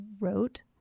wrote